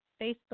Facebook